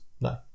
no